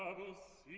ah this